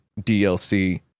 DLC